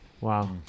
Wow